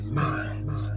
minds